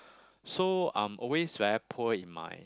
so I'm always very poor in my